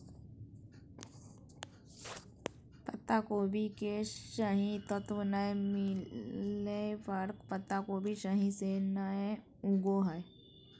पत्तागोभी के सही तत्व नै मिलय पर पत्तागोभी सही से नय उगो हय